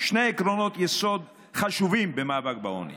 יסוד חשובים במאבק בעוני: